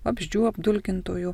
vabzdžių apdulkintojų